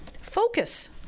Focus